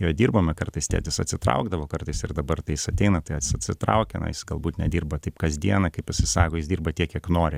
joje dirbame kartais tėtis atsitraukdavo kartais ir dabar tai jis ateina tai ats atsitraukia na jis galbūt nedirba taip kasdieną kaip pasisako jis dirba tiek kiek nori